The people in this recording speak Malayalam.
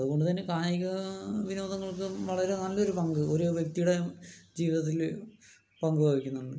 അതുകൊണ്ടുതന്നെ കായിക വിനോദങ്ങൾക്കും വളരെ നല്ലൊരു പങ്ക് ഓരോ വ്യക്തിയുടെ ജീവിതത്തില് പങ്കു വഹിക്കുന്നുണ്ട്